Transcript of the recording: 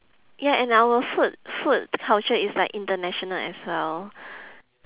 ya and our food food culture is like international as well